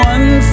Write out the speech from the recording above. One